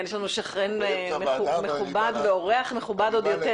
יש לנו שכן מכובד ואורח מכובד עוד יותר.